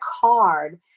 card